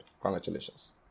Congratulations